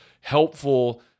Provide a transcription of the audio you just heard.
helpful